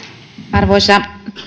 arvoisa